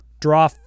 draw